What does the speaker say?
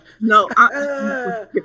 no